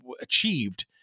achieved